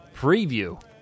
preview